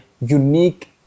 unique